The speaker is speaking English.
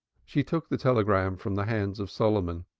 she took the telegram from the hands of solomon.